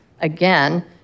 again